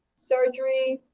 surgery,